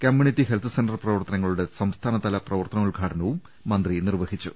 community health centre പ്രവർത്തനങ്ങളുടെ സംസ്ഥാന തല പ്രവർത്തനോദ്ഘാടനവും മുന്ത്രീ നിർവഹിച്ചു